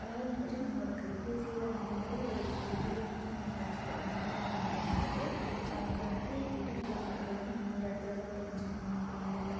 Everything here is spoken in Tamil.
அதாவது வந்துட்டு நம்மளோடய கைபேசியில் வந்துட்டு ஒரு செய்தியை வந்துட்டு நம்ம படிச்சு தெரிஞ்சுக்கிறோம் அப்படின்றது வந்துட்டு நமக்கு வந்துட்டு இடம் பொருள் அதாவது இந்த இடத்தில் தான் தெரிஞ்சுக்கணும் அப்படின்லாம் இல்லை